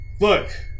Look